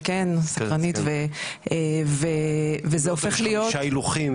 אם יש חמישה הילוכים,